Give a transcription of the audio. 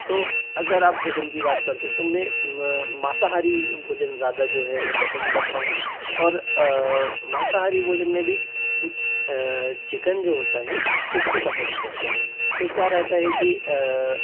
तो अगर आप भोजन की बात करते हो तो मैं मांसाहारी भोजन ज़्यादा जो है वो पसंद करता हूँ और मांसाहारी भोजन में भी चिकन जो होता है उसको पसंद करता हूँ तो क्या रहता है कि